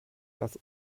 dass